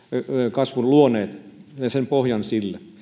kasvun luoneet ja sen pohjan sille